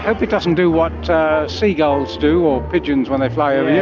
it doesn't do what seagulls do or pigeons when they fly over yeah